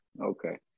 Okay